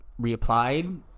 reapplied